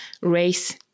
Race